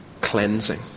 Cleansing